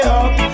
up